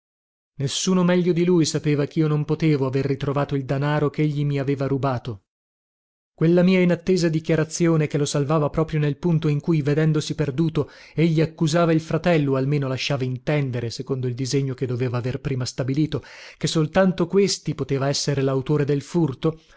nessuno meglio di lui sapeva chio non potevo aver ritrovato il danaro chegli mi aveva rubato quella mia inattesa dichiarazione che lo salvava proprio nel punto in cui vedendosi perduto egli accusava il fratello o almeno lasciava intendere secondo il disegno che doveva aver prima stabilito che soltanto questi poteva essere lautore del furto